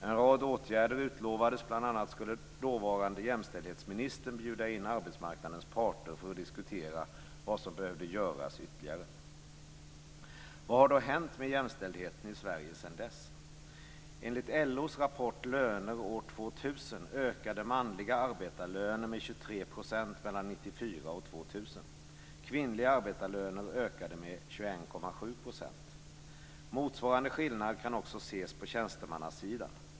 En rad åtgärder utlovades, bl.a. skulle dåvarande jämställdhetsministern bjuda in arbetsmarknadens parter för att diskutera vad som behövdes göras ytterligare. Vad har då hänt med jämställdheten i Sverige sedan dess? Enligt LO:s rapport Löner år 2000 ökade manliga arbetarlöner med 23 % mellan 1994 och Motsvarande skillnad kan också ses på tjänstemannasidan.